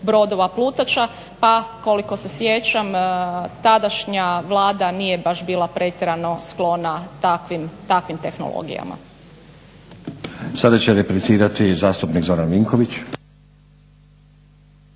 brodova plutača. Pa koliko se sjećam tadašnja Vlada nije baš bila pretjerano sklona takvim tehnologijama. **Stazić, Nenad (SDP)** Sada će replicirati zastupnik Zoran Vinković.